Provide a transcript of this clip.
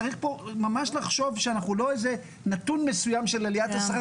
צריך פה ממש לחשוב שאנחנו לא איזה נתון מסוים של עליה,